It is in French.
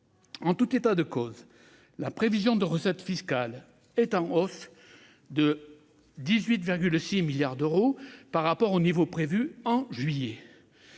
En tout état de cause, la prévision de recettes fiscales est en hausse de 18,6 milliards d'euros par rapport au niveau prévu au mois